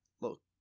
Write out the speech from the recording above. Look